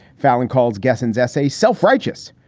fallin calls garson's essay self-righteous.